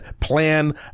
Plan